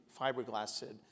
fiberglassed